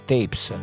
Tapes